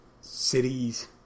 cities